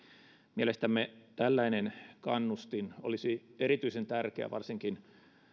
mielestämme tällainen kannustin olisi erityisen tärkeää varsinkin